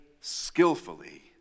skillfully